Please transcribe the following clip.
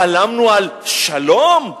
חלמנו על שלום?